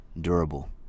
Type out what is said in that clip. durable